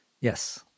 Yes